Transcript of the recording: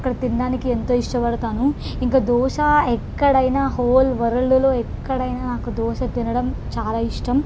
అక్కడ తినడానికి ఎంతో ఇష్టపడతాను ఇంకా దోశ ఎక్కడైనా హోల్ వరల్డ్లో ఎక్కడైనా నాకు దోశ తినడం చాలా ఇష్టం